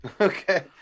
Okay